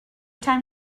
time